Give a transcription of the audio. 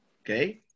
Okay